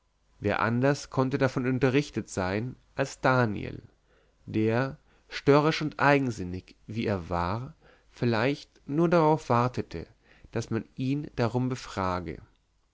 wer anders konnte davon unterrichtet sein als daniel der störrisch und eigensinnig wie er war vielleicht nur darauf wartete daß man ihn darum befrage